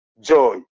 joy